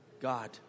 God